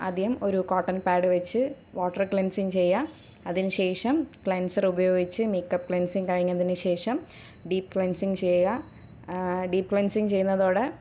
ആദ്യം ഒരു cotton pad വച്ച് വാട്ടർ ക്ലൻസിങ്ങ് ചെയ്യാം അതിനുശേഷം ക്ലൻസർ ഉപയോഗിച്ച് മേക്കപ്പ് ക്ലൻസിങ്ങ് കഴിഞ്ഞതിനുശേഷം ഡീപ്പ് ക്ലൻസിങ്ങ് ചെയ്യാം ഡീപ്പ് ക്ലൻസിങ്ങ് ചെയ്യുന്നതോടെ